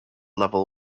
level